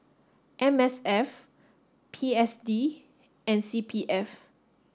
M S F P S D and C P F